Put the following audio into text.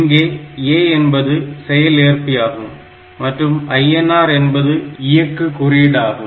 இங்கே A என்பது செயல்ஏற்பி ஆகும் மற்றும் INR என்பது இயக்கு குறியீடு ஆகும்